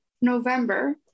November